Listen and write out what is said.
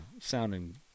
sounding